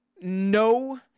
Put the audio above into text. no